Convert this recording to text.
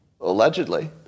allegedly